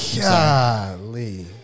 Golly